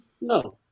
no